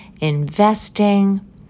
investing